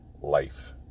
life